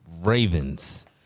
Ravens